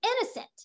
innocent